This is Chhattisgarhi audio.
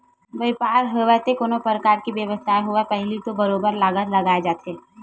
बइपार होवय ते कोनो परकार के बेवसाय होवय पहिली तो बरोबर लागत लगाए जाथे